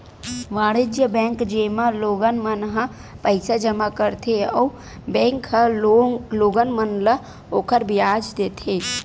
वाणिज्य बेंक, जेमा लोगन मन ह पईसा जमा करथे अउ बेंक ह लोगन मन ल ओखर बियाज देथे